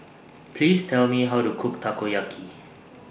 Please Tell Me How to Cook Takoyaki